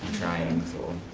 trying, so.